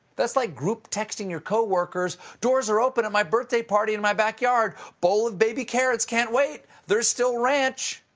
that's like group-texting your coworkers doors are open at my birthday party in my back yard! bowl of baby carrots can't wait! there's still ranch!